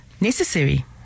necessary